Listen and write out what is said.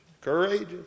courageous